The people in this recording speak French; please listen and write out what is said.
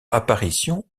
apparition